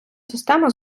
система